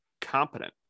competent